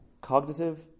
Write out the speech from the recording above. Cognitive